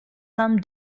some